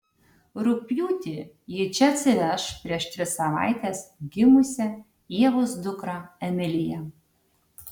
rugpjūtį ji čia atsiveš prieš tris savaites gimusią ievos dukrą emiliją